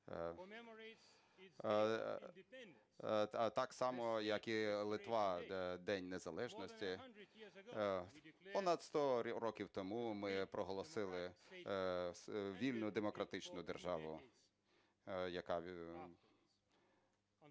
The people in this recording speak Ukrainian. так само як і Литва, День незалежності. Понад 100 років тому ми проголосили вільну демократичну державу, і